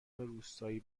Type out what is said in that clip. روستایی